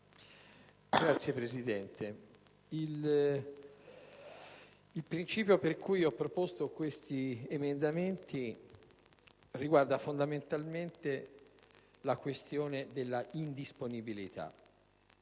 Signora Presidente, il principio per cui ho proposto questi emendamenti riguarda fondamentalmente la questione dell'indisponibilità.